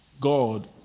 God